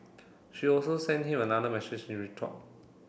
she also sent him another message in retort